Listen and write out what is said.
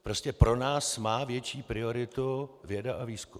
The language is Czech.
Prostě pro nás má větší prioritu věda a výzkum.